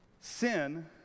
sin